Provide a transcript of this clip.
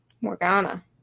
Morgana